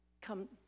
come